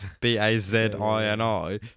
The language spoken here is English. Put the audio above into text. B-A-Z-I-N-I